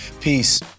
Peace